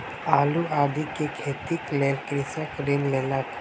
आलू आदि के खेतीक लेल कृषक ऋण लेलक